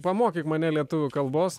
pamokyk mane lietuvių kalbos